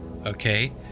Okay